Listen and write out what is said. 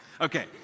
Okay